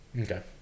Okay